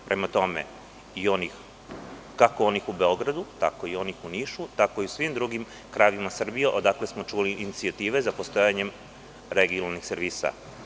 Prema tome, kako onih u Beogradu, tako i onih u Nišu, tako i u svim drugim krajevima Srbije odakle smo čuli inicijative za postojanje regionalnih servisa.